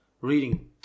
reading